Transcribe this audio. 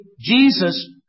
Jesus